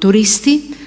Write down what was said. turisti.